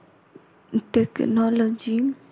technology